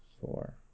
four